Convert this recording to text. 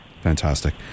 Fantastic